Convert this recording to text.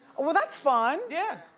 well that's fun. yeah.